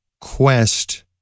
quest